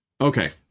Okay